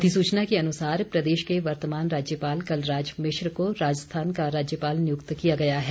अधिसूचना के अनुसार प्रदेश के वर्तमान राज्यपाल कलराज मिश्र को राजस्थान का राज्यपाल नियुक्त किया गया है